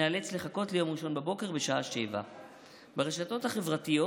ניאלץ לחכות ליום ראשון בשעה 07:00. ברשתות החברתיות